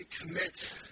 commit